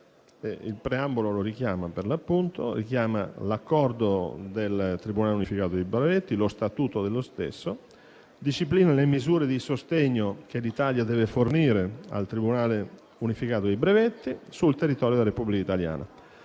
un preambolo, che richiama l'Accordo del Tribunale unificato dei brevetti e il suo Statuto, disciplina le misure di sostegno che l'Italia deve fornire al Tribunale unificato dei brevetti sul territorio della Repubblica italiana